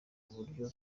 buryo